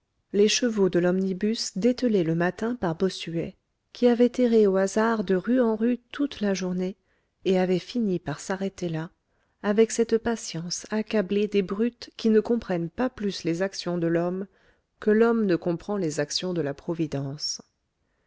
les chevaux de l'omnibus dételé le matin par bossuet qui avaient erré au hasard de rue en rue toute la journée et avaient fini par s'arrêter là avec cette patience accablée des brutes qui ne comprennent pas plus les actions de l'homme que l'homme ne comprend les actions de la providence